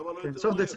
למה לא יותר מהר?